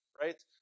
right